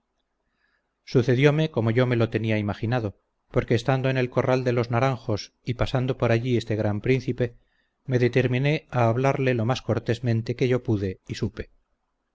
agradecido sucedióme como yo me lo tenía imaginado porque estando en el corral de los naranjos y pasando por allí este gran príncipe me determiné a hablarle lo más cortésmente que yo pude y supe